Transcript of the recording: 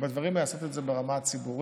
ובדברים האלה לעשות את זה ברמה הציבורית